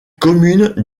commune